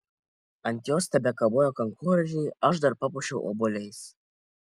ant jos tebekabojo kankorėžiai aš dar papuošiau obuoliais